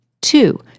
Two